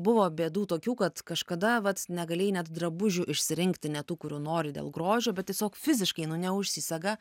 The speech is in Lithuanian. buvo bėdų tokių kad kažkada vat negalėjai net drabužių išsirinkti ne tų kurių nori dėl grožio bet tiesiog fiziškai nu neužsisega